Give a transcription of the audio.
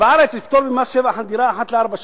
בארץ יש פטור ממס שבח על דירה אחת לארבע שנים.